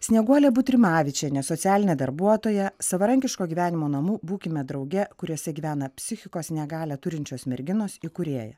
snieguolė butrimavičienė socialinė darbuotoja savarankiško gyvenimo namų būkime drauge kuriuose gyvena psichikos negalią turinčios merginos įkūrėja